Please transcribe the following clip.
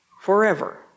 forever